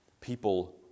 people